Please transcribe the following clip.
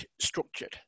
structured